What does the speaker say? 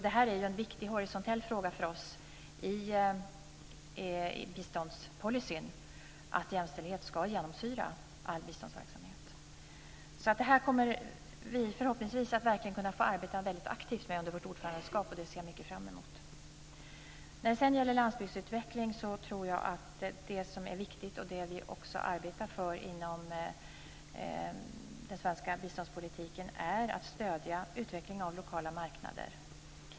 Det är en viktig horisontell fråga för oss i biståndspolicyn att jämställdhet ska genomsyra all biståndsverksamhet. Det här kommer vi förhoppningsvis verkligen att få arbeta väldigt aktivt med under vårt ordförandeskap, och det ser jag mycket fram emot. När det gäller landsbygdsutveckling tror jag att det som är viktigt och det vi också arbetar för inom den svenska biståndspolitiken är att stödja utvecklingen av lokala marknader.